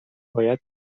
باید